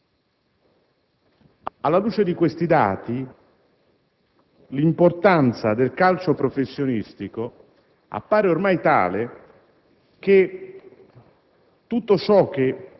Alla luce di questi dati, l'importanza del calcio professionistico appare ormai tale che